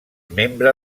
membre